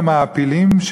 למעפילים,